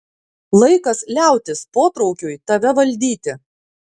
laikas liautis potraukiui tave valdyti